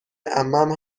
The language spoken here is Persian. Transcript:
عمم